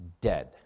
dead